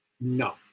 No